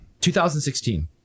2016